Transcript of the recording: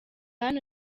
hano